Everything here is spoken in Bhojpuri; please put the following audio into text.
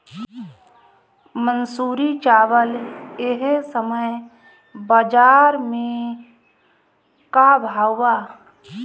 मंसूरी चावल एह समय बजार में का भाव बा?